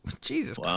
Jesus